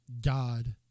God